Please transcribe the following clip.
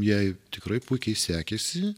jai tikrai puikiai sekėsi